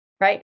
right